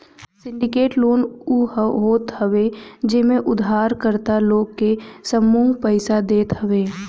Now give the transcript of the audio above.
syndicated loan उ होत हवे जेमे उधारकर्ता लोग के समूह पईसा देत हवे